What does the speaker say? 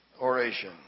oration